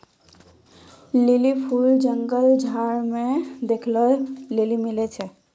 lily फूल जंगल झाड़ मे देखै ले मिलै छै